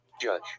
Judge